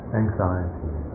anxiety